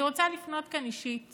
אני רוצה לפנות כאן אישית